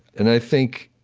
and i think,